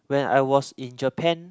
when I was in Japan